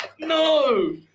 no